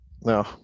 No